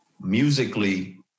musically